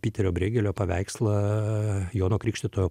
piterio breigelio paveikslą jono krikštytojo